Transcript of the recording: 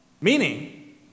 meaning